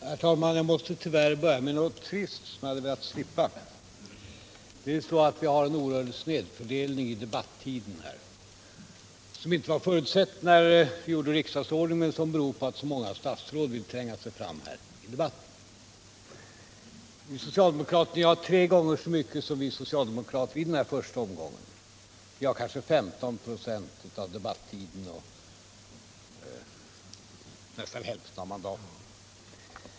Herr talman! Jag måste tyvärr börja med något trist som jag hade velat slippa. Vi har en oerhörd snedfördelning i debattiden. Detta kunde inte förutses när vi fastställde riksdagsordningen, och den beror på att så många borgerliga statsråd nu vill tränga sig fram i debatten. Ni har tre gånger så lång tid som vi socialdemokrater i den här första omgången — vi har kanske 15 96 av debattiden och nästan hälften av mandaten.